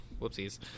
whoopsies